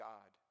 God